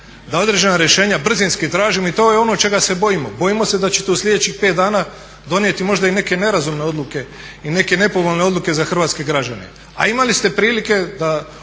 da određena rješenja brzinski tražimo i to je ono čega se bojimo. Bojimo se da ćete u sljedećih pet dana donijeti možda i neke nerazumne odluke i neke nepovoljne odluke za hrvatske građane, a imali ste prilike da